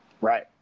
Right